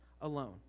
alone